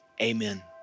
amen